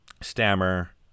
Stammer